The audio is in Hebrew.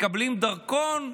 מקבלים דרכון,